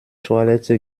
toilette